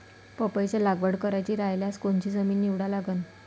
पपईची लागवड करायची रायल्यास कोनची जमीन निवडा लागन?